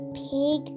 pig